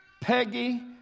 Peggy